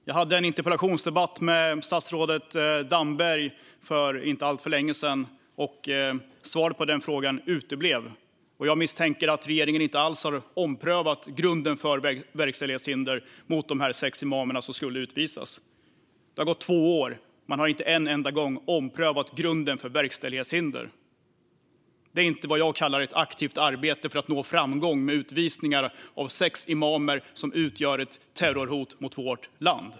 Jag hade en interpellationsdebatt med statsrådet Damberg för inte så länge sedan. Svaret på denna fråga uteblev. Jag misstänker att regeringen inte alls har omprövat grunden för verkställighetshinder mot dessa sex imamer som skulle utvisas. Det har gått två år, och man har inte en enda gång omprövat grunden för verkställighetshinder. Det är inte vad jag kallar ett aktivt arbete för att nå framgång med utvisningar av sex imamer som utgör ett terrorhot mot vårt land.